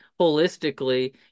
holistically